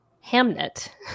Hamnet